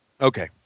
Okay